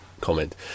comment